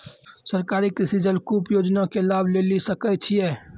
सरकारी कृषि जलकूप योजना के लाभ लेली सकै छिए?